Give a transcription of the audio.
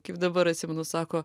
kaip dabar atsimenu sako